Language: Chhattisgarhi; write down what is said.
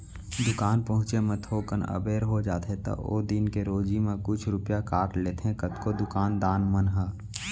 दुकान पहुँचे म थोकन अबेर हो जाथे त ओ दिन के रोजी म कुछ रूपिया काट लेथें कतको दुकान दान मन ह